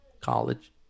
college